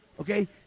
okay